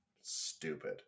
Stupid